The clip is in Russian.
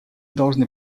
должны